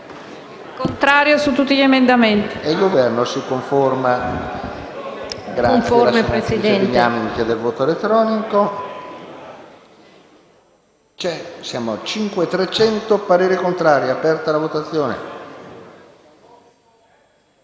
contrario su tutti gli emendamenti